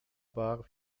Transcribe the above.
bar